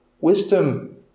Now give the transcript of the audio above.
Wisdom